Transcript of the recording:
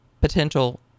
potential